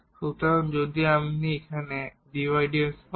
সুতরাং যদি আপনি এখানে এই dydx পায়